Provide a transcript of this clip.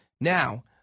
Now